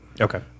Okay